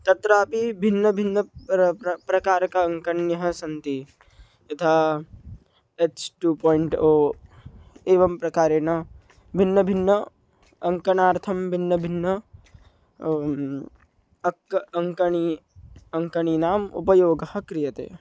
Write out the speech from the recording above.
तत्रापि भिन्नभिन्नं प्र प्र प्रकारकम् अङ्कन्यः सन्ति यथा एच् टु पायिण्ट् ओ एवं प्रकारेण भिन्नभिन्नम् अङ्कनार्थं भिन्नभिन्नम् अक्क अङ्कनी अङ्कनीनाम् उपयोगः क्रियते